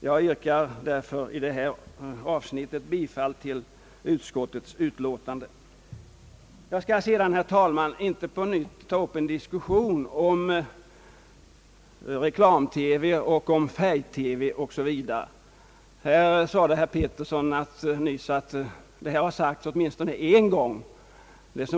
Jag yrkar därför i detta avsnitt bifall till utskottets utlåtande. Jag skall, herr talman, inte på nytt ta upp en diskussion om reklam-TV och om färg-TV o. s. v. Herr Peterson anförde nyss att detta har sagts minst en gång.